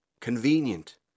Convenient